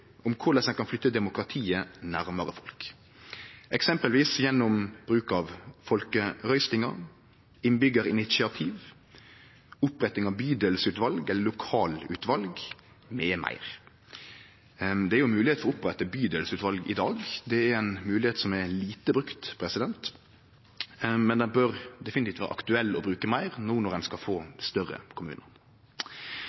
om korleis ein kan flytte demokratiet nærmare folk, eksempelvis gjennom bruk av folkerøystingar, innbyggjarinitiativ, oppretting av bydelsutval eller lokalutval m.m. Det er jo høve til å opprette bydelsutval i dag, men det er ei moglegheit som er lite brukt, og som det definitivt bør vere aktuelt å bruke meir no når ein skal få